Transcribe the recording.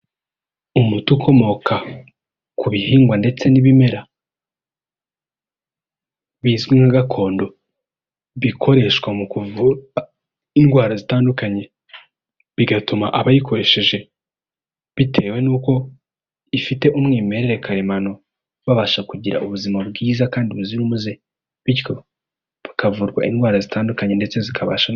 Umuti ukomoka ku bihingwa ndetse n'ibimera bizwi nka gakondo bikoreshwa mu kuvura indwara zitandukanye, bigatuma abayikoresheje bitewe n'uko ifite umwimerere karemano babasha kugira ubuzima bwiza kandi buzira umuze, bityo bukavurwa indwara zitandukanye ndetse zikaba.